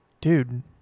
Dude